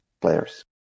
players